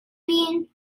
been